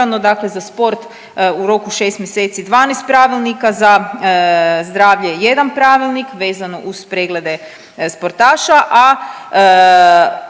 dakle za sport u roku 6 mjeseci 12 pravilnika, za zdravlje 1 pravilnik vezano uz preglede sportaša,